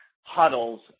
huddles